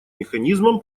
механизмом